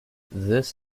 this